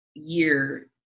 year